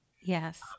Yes